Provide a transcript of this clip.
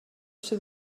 ser